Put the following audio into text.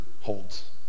holds